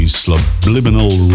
subliminal